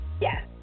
Yes